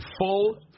full